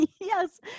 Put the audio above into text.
yes